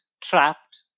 trapped